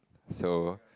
so